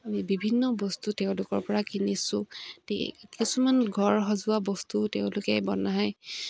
আমি বিভিন্ন বস্তু তেওঁলোকৰ পৰা কিনিছোঁ কিছুমান ঘৰ সজোৱা বস্তু তেওঁলোকে বনায়